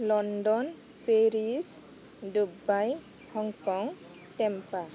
London Paris Dubai Hong Kong Tampa